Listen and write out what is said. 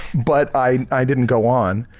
but i didn't go on.